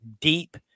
deep